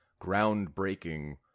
groundbreaking